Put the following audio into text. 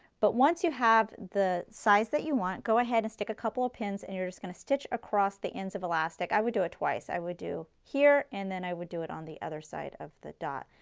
but once you have the size that you want, go ahead and stick a couple of pins and you're just going to stitch across the ends of the elastic. i would do it twice, i would do here and then i would do it on the other side of the dot.